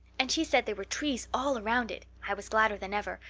and she said there were trees all around it. i was gladder than ever.